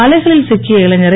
அலைகளில் சிக்கிய இளைஞரை